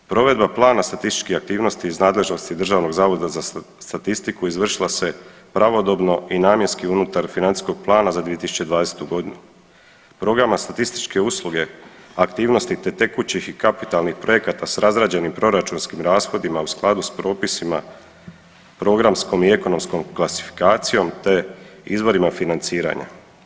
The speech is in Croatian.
Provedba plana statističkih aktivnosti iz nadležnosti DZS-a izvršila se pravodobno i namjenski unutar financijskog plana za 2020.g. Programa statističke usluge aktivnosti te tekućih i kapitalnih projekata s razrađenim proračunskim rashodima u skladu s propisima, programskom i ekonomskom klasifikacijom te izvorima financiranja.